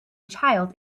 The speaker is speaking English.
child